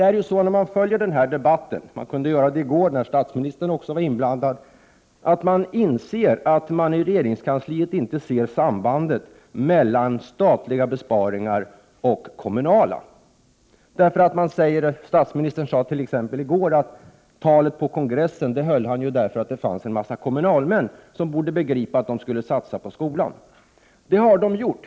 När man följer denna debatt — man kunde göra det i går när statsministern också var inblandad —- inser vederbörande att man i regeringskansliet inte kan se sambandet mellan statliga besparingar och kommunala. Statsministern sade t.ex. i går att han höll talet på kongressen, eftersom där fanns en mängd kommunalmän som borde begripa att de skulle satsa på skolan. Kommunalmännen har gjort det.